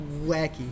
wacky